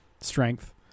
strength